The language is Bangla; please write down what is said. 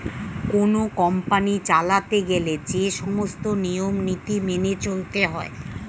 কোন কোম্পানি চালাতে গেলে যে সমস্ত নিয়ম নীতি মেনে চলতে হয়